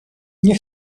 nie